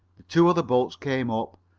the two other boats came up,